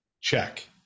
check